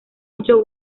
ocho